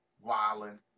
wilding